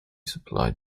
supplied